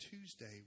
Tuesday